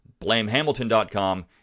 BlameHamilton.com